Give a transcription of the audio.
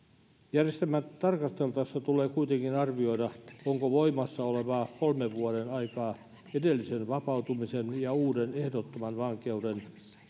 järjestelmää tarkasteltaessa tulee kuitenkin arvioida onko voimassa olevaa kolmen vuoden aikaa edellisen vapautumisen ja uuden ehdottomaan